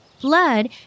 blood